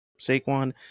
saquon